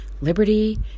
liberty